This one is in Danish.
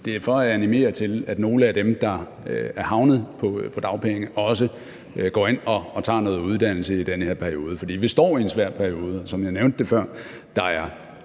Det er for at animere til, at nogle af dem, der er havnet på dagpenge, også går ind og tager noget uddannelse i den her periode. For vi står i en svær periode. Som jeg nævnte det før, er der